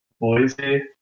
Boise